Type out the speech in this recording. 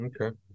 Okay